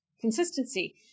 consistency